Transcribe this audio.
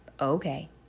okay